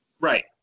Right